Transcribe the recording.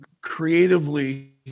creatively